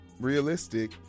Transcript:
realistic